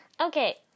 Okay